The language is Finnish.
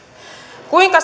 kuinka